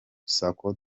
sacco